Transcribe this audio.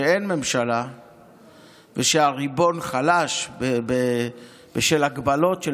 שבה אין ממשלה ושהריבון חלש בשל הגבלות של